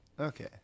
Okay